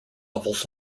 levels